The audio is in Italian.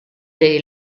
dei